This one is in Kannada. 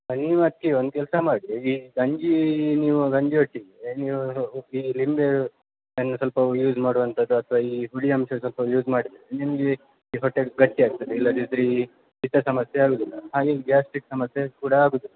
ನೀವು ಅದಕ್ಕೆ ಒಂದು ಕೆಲಸ ಮಾಡಿ ಈ ಗಂಜೀ ನೀವು ಗಂಜಿಯೊಟ್ಟಿಗೆ ನೀವು ಉಪ್ಪು ನಿಂಬೇ ಹಣ್ಣು ಸ್ವಲ್ಪ ಯೂಸ್ ಮಾಡುವಂಥದ್ ಅಥ್ವ ಈ ಹುಳಿ ಅಂಶ ಸ್ವಲ್ಪ ಯೂಸ್ ಮಾಡಿದರೆ ನಿಮಗೆ ಈ ಹೊಟ್ಟೇಲಿ ಗಟ್ಟಿಯಾಗ್ತದೆ ಇಲ್ಲದಿದ್ದರೆ ಈ ಪಿತ್ತ ಸಮಸ್ಯೆ ಆಗೋದಿಲ್ಲ ಹಾಗೆ ಗ್ಯಾಸ್ಟಿಕ್ ಸಮಸ್ಯೆ ಕೂಡ ಆಗೋದಿಲ್ಲ